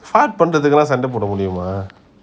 fart பண்றதுலம் சண்டை போடா முடியுமா:panrathulam sanda poda mudiyuma